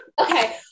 okay